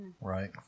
Right